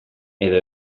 edo